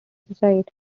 suicide